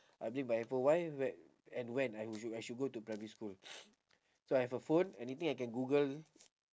I bring my handphone why when and when I would I should go to primary school so I've a phone anything I can google